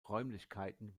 räumlichkeiten